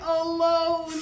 alone